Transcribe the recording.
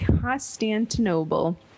Constantinople